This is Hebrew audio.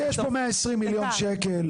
שיש פה 120 מיליון שקלים.